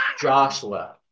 Joshua